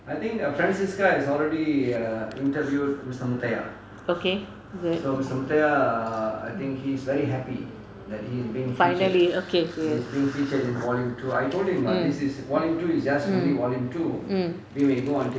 okay good finally okay great mm mm mm